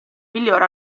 miglior